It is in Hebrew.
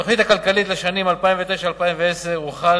בתוכנית הכלכלית לשנים 2009 2010 הוחל